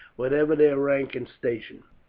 whatever their rank and station.